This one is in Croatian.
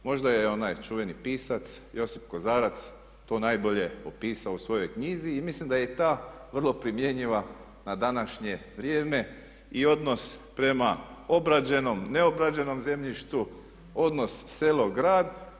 Možda je onaj čuveni pisac Josip Kozarac pisao u svojoj knjizi i mislim da je i ta vrlo primjenjiva na današnje vrijeme i odnos prema obrađenom, neobrađenom zemljištu, odnos selo-grad.